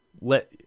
let